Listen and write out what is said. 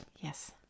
Yes